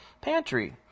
pantry